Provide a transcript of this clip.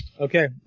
Okay